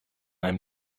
einem